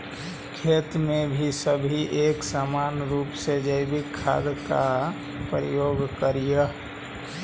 खेती में सभी एक समान रूप से जैविक खाद का प्रयोग करियह